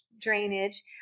drainage